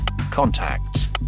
Contacts